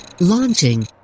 Launching